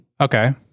Okay